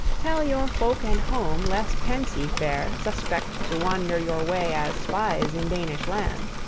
tell your folk and home, lest hence ye fare suspect to wander your way as spies in danish land.